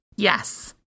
Yes